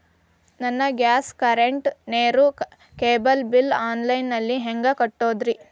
ನನ್ನ gas, current, ನೇರು, cable bill online ನಲ್ಲಿ ಹೆಂಗ್ ಕಟ್ಟೋದ್ರಿ?